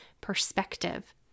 perspective